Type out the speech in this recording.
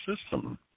system